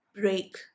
break